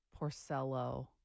Porcello